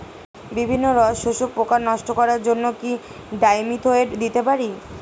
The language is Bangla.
বিভিন্ন রস শোষক পোকা নষ্ট করার জন্য কি ডাইমিথোয়েট দিতে পারি?